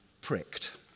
pricked